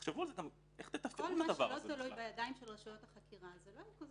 תחשבו גם איך תתפעלו את הדבר הזה בכלל.